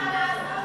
מה הטלת?